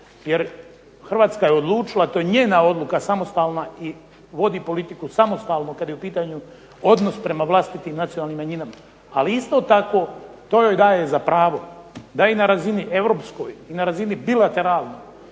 jer Hrvatska je odlučila to je njena odluka samostalna i vodi politiku samostalno kada je u pitanju odnos prema vlastitim nacionalnim manjinama ali isto to daje joj za pravo da i na razini Europskoj i na razini bilateralnoj